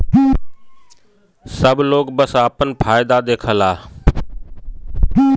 सब लोग बस आपन फायदा देखला